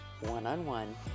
one-on-one